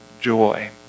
Joy